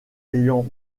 ayant